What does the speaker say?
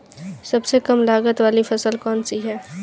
सबसे कम लागत वाली फसल कौन सी है?